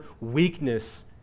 weakness